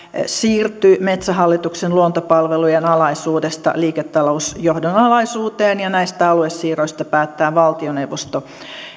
siirtyy metsähallituksen luontopalvelujen alaisuudesta liiketalousjohdon alaisuuteen ja näistä aluesiirroista päättää valtioneuvosto